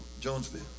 Jonesville